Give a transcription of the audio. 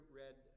read